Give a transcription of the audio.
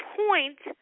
point